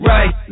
Right